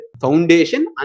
foundation